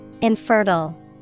infertile